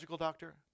doctor